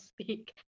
speak